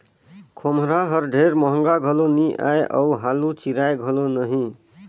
खोम्हरा हर ढेर महगा घलो नी आए अउ हालु चिराए घलो नही